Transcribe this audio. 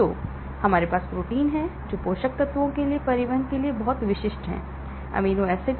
तो हमारे पास प्रोटीन हैं जो पोषक तत्वों के परिवहन के लिए बहुत विशिष्ट हैं अमीनो एसिड